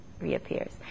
reappears